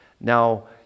Now